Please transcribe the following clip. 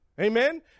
amen